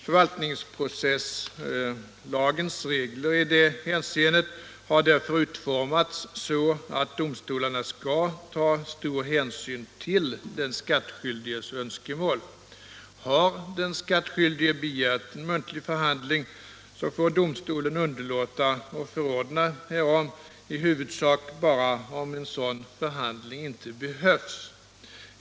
Förvaltningsprocesslagens regler i detta hänseende har därför utformats så att domstolarna skall ta stor hänsyn till den skattskyldiges önskemål. Har den skattskyldige begärt muntlig förhandling får domstolen underlåta att förordna härom i huvudsak bara om sådan förhandling inte behövs.